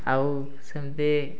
ଆଉ ସେମିତି